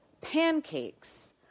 pancakes